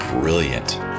brilliant